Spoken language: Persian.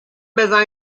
بزن